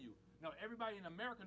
you know everybody in america